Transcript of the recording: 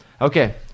Okay